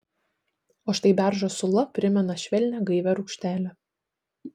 o štai beržo sula primena švelnią gaivią rūgštelę